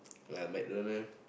like MacDonald